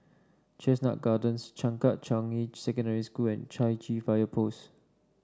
Chestnut Gardens Changkat Changi Secondary School and Chai Chee Fire Post